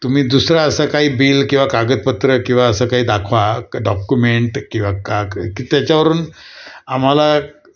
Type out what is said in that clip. तुम्ही दुसरा असं काही बिल किंवा कागदपत्र किंवा असं काही दाखवा क डॉकुमेंट किंवा का क की त्याच्यावरून आम्हाला